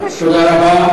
תודה רבה.